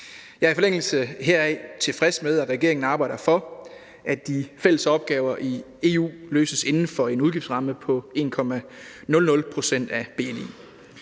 Jeg er i forlængelse heraf tilfreds med, at regeringen arbejder for, at de fælles opgaver i EU løses inden for en udgiftsramme på 1,00 pct. af bni.